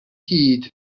hyd